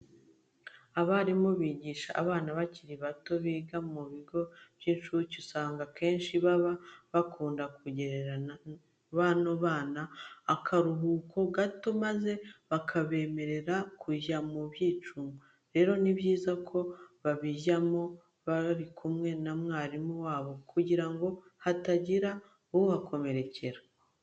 Abarimu bigisha abana bakiri bato biga mu bigo by'incuke usanga akenshi baba bakunda kugenera bano bana akaruhuko gato maze bakabemerera kujya mu byicungo. Rero ni byiza ko babijyamo bari kumwe na mwarimu wabo kugira ngo hatagira uhakomerekera.